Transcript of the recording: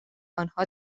آنها